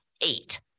eight